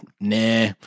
nah